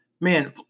man